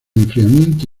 enfriamiento